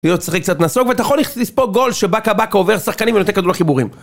להיות צריך קצת נסוג ואתה יכול לספוג פה גול שבאקה באקה עובר שחקנים ונותן כדור לחיבורים